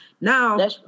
Now